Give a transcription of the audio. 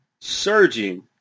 surging